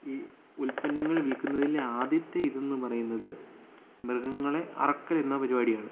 ഈ ഉൽപ്പന്നങ്ങൾ വിൽക്കുന്നതിൻ്റെ ആദ്യത്തെയിതെന്നു പറയുന്നത് മൃഗങ്ങളെ അറക്കുക എന്ന പരിപാടിയാണ്